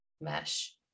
mesh